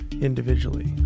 individually